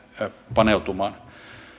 paneutumaan